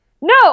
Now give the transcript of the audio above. No